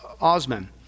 Osman